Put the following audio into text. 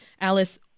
Alice